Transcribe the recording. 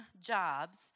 jobs